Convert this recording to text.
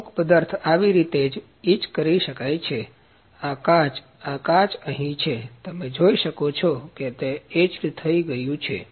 અમુક પદાર્થ આવી રીતે જ એચ કરી શકાય છે આ કાચ આ કાચ અહી છે તમે જોઈ શકો છો કે આ એચ્ડ થઇ ગયું છે